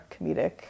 comedic